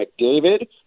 McDavid